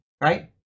right